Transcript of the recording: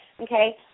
Okay